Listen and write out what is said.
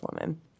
woman